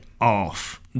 off